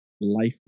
Life